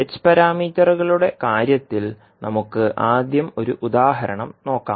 h പാരാമീറ്ററുകളുടെ കാര്യത്തിൽ നമുക്ക് ആദ്യം ഒരു ഉദാഹരണം നോക്കാം